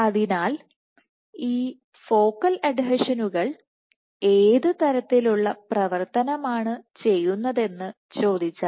അതിനാൽ ഈ ഫോക്കൽ അഡ്ഹെഷനുകൾ ഏത് തരത്തിലുള്ള പ്രവർത്തനമാണ് ചെയ്യുന്നതെന്ന് ചോദിച്ചാൽ